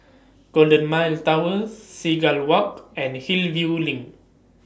Golden Mile Tower Seagull Walk and Hillview LINK